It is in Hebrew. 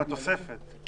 עם התוספת.